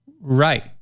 right